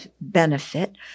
benefit